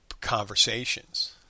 conversations